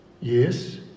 Yes